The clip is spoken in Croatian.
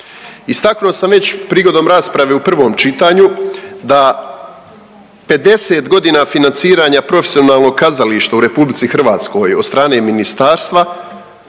Istaknuo sam već prigodom rasprave u prvom čitanju da 50 godina financiranja profesionalnog kazališta u RH od strane Ministarstva